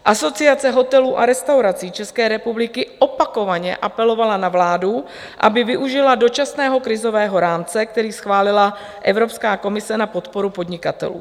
Asociace hotelů a restaurací České republiky opakovaně apelovala na vládu, aby využila dočasného krizového rámce, který schválila Evropská komise na podporu podnikatelů.